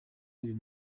uyu